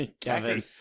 Kevin